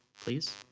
please